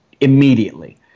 immediately